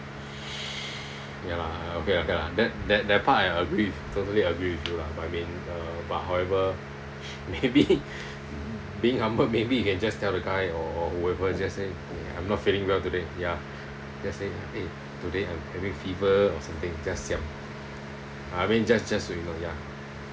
ya lah okay okay lah that that part I agree with totally agree with you lah but I mean uh but however maybe being humble maybe you can just tell the guy or or whoever you just say I'm not feeling well today ya just say !hey! today I'm having fever or something just siam I mean just just to ignore ya